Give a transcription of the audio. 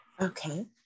Okay